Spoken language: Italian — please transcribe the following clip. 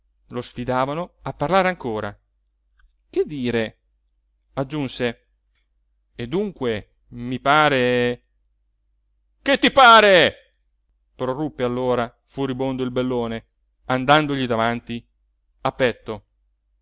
lo sfidavano a parlare ancora che dire aggiunse e dunque mi pare che ti pare proruppe allora furibondo il bellone andandogli davanti a petto